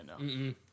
no